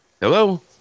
Hello